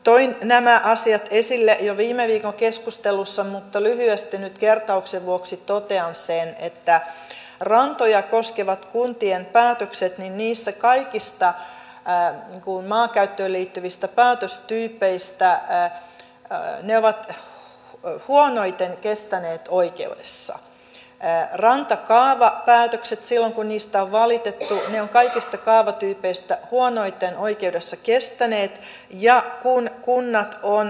toin nämä asiat esille jo viime viikon keskustelussa mutta lyhyesti nyt kertauksen vuoksi totean sen että rantoja koskevat kuntien päätökset ovat kaikista maankäyttöön liittyvistä päätöstyypeistä huonoiten kestäneet oikeudessa rantakaavapäätökset silloin kun niistä on valitettu ovat kaikista kaavatyypeistä huonoiten oikeudessa kestäneet